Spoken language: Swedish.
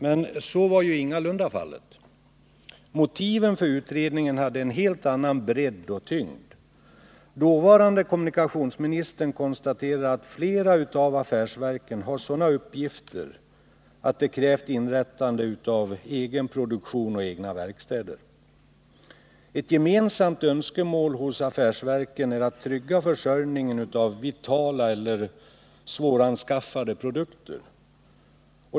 Men så var ju ingalunda fallet. Motiven för utredningen hade en helt annan bredd och tyngd. Dåvarande kommunikationsministern konstaterade att flera av affärsverken har sådana uppgifter att det krävde inrättande av egen produktion och egna verkstäder. Ett gemensamt önskemål hos affärsverken är att trygga försörjningen av vitala eller svåranskaffade produkter.